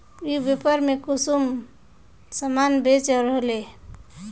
ई व्यापार में कुंसम सामान बेच रहली?